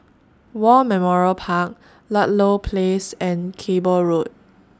War Memorial Park Ludlow Place and Cable Road